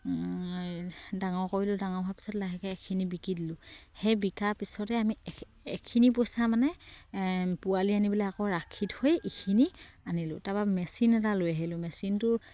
ডাঙৰ কৰিলোঁ ডাঙৰ হোৱাৰ পিছত লাহেকে এখিনি বিকি দিলোঁ সেই বিকা পিছতে আমি এইখিনি পইচা মানে পোৱালি আনিবলে আকৌ ৰাখি থৈ ইখিনি আনিলোঁ তাৰপা মেচিন এটা লৈ আহিলোঁ মেচিনটো